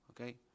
okay